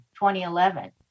2011